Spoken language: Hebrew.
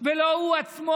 ולא הוא עצמו.